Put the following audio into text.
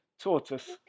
tortoise